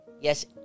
Yes